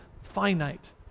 finite